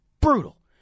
brutal